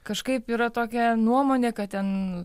kažkaip yra tokia nuomonė kad ten